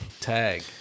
Tag